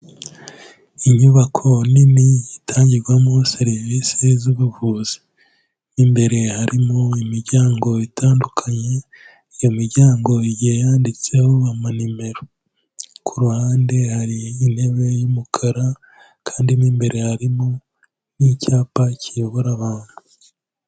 Inyubako nini itangirwamo serivisi z'ubuvuzi, imbere harimo imiryango itandukanye, iyo miryango igihe yanditseho amanimero, ku ruhande hari intebe y'umukara kandi mo imbere harimo n'icyapa kiyobora abantu.